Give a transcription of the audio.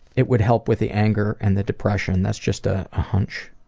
it would help with the anger and the depression. that's just a ah hunch.